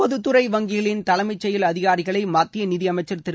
பொதுத்துறை வங்கிகளின் தலைமைச் செயல் அதிகாரிகளை மத்திய நிதியமைச்சர் திரு